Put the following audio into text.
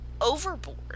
overboard